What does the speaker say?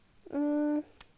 like